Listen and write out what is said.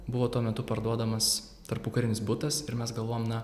buvo tuo metu parduodamas tarpukarinis butas ir mes galvojom na